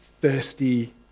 thirsty